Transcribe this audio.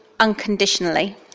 unconditionally